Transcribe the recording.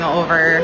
over